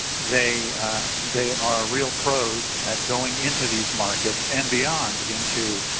they they are real pros at going into these markets and beyond into